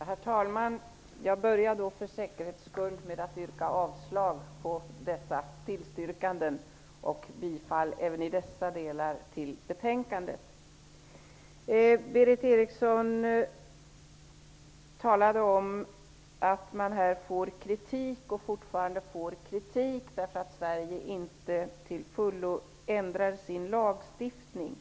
Herr talman! Jag börjar för säkerhets skull med att yrka avslag på dessa yrkanden och bifall även i dessa delar till utskottets hemställan. Berith Eriksson talade om att man fått kritik och fortfarande får kritik därför att Sverige inte till fullo ändrar sin lagstiftning.